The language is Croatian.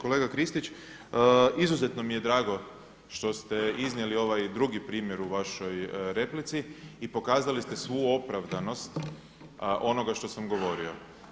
Kolega Kristić, izuzetno mi je drago što ste iznijeli ovaj drugi primjer u vašoj replici i pokazali ste svu opravdanost onoga što sam govorio.